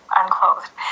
unclothed